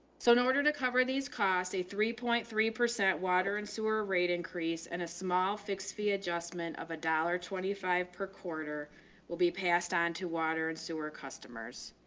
so in order to cover these costs, a three point three water and sewer rate increase and a small fixed fee adjustment of a dollar twenty five per quarter will be passed on to water and sewer customers.